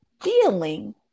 feeling